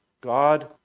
God